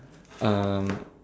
uh